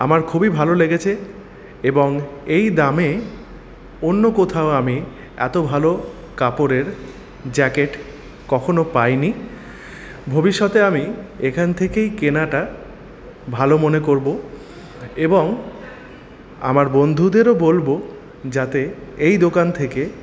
আমার খুবই ভালো লেগেছে এবং এই দামে অন্য কোথাও আমি এত ভালো কাপড়ের জ্যাকেট কখনও পাইনি ভবিষ্যতে আমি এখান থেকেই কেনাটা ভালো মনে করব এবং আমার বন্ধুদেরও বলব যাতে এই দোকান থেকে